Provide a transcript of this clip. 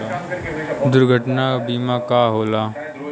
दुर्घटना बीमा का होला?